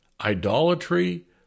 idolatry